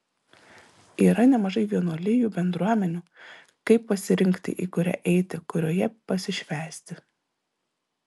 yra nemažai vienuolijų bendruomenių kaip pasirinkti į kurią eiti kurioje pasišvęsti